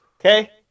okay